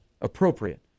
appropriate